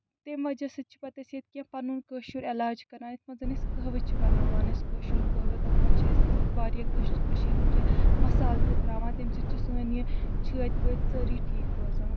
تَمہِ وجہ سۭتۍ چھِ پَتہٕ أسۍ ییٚتہِ کینٛہہ پنُن کٲشُر علاج کران یَتھ منٛز أسۍ کٔہوٕ چھِ بَناوان کٲشُر کٔہوٕ تَتھ منٛز چھِ أسۍ واریاہ کٔش ہِنٛدۍ کیٚنہہ مصالہٕ تہِ ترٛاوان تَمہِ سۭتۍ چھِ سٲنۍ یہِ چھٲتۍ وٲتۍ سٲرٕے ٹھیٖک روزان